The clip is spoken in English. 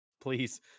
please